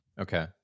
Okay